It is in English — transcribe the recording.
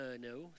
no